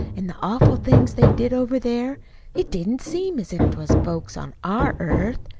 an' the awful things they did over there it didn't seem as if t was folks on our earth.